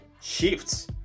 shifts